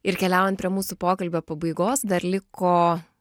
ir keliaujam prie mūsų pokalbio pabaigos dar liko